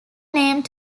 named